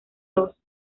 dos